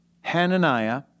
Hananiah